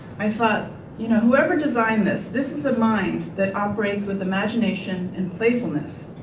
i thought you know whoever designed this, this is a mind that operates with imagination and playfulness.